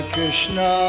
Krishna